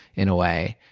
in a way.